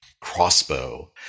crossbow